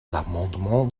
l’amendement